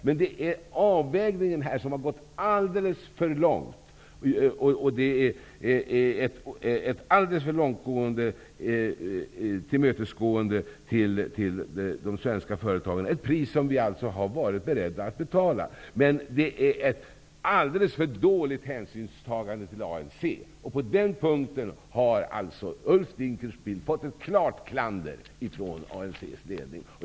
Men avvägningen har gått alldelse för långt, och man tillmötesgår de svenska företagen alldeles för mycket. Det är ett pris som vi har varit beredda att betala. Men det utgör ett alldeles för dåligt hänsynstagande till ANC. På den punkten har Ulf Dinkelspiel klart blivit klandrad av ANC:s ledning.